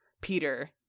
Peter